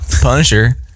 Punisher